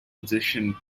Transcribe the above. position